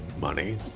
money